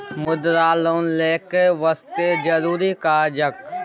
मुद्रा लोन लेके वास्ते जरुरी कागज?